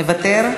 מוותר?